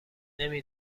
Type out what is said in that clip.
نمی